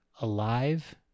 alive